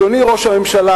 אדוני ראש הממשלה,